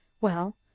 Well